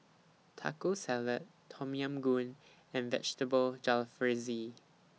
Taco Salad Tom Yam Goong and Vegetable Jalfrezi